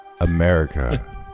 America